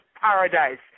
paradise